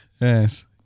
Yes